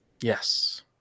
Yes